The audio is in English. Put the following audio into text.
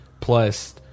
plus